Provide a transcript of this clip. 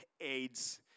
aids